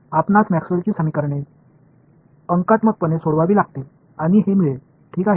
आपणास मॅक्सवेलची समीकरणे अंकात्मकपणे सोडवावी लागतील आणि हे मिळेल ठीक आहे